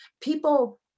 people